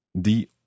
Die